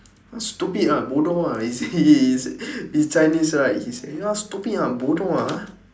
ah stupid lah bodoh ah he's he is he's chinese right he say you ah stupid ah bodoh ah ah